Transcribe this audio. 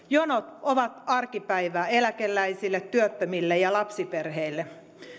jonot ovat arkipäivää eläkeläisille työttömille ja lapsiperheille